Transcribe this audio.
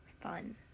fun